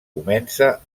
comença